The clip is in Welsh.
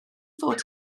fod